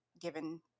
given